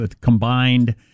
combined